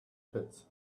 pits